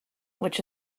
which